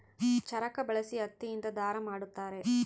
ಚರಕ ಬಳಸಿ ಹತ್ತಿ ಇಂದ ದಾರ ಮಾಡುತ್ತಾರೆ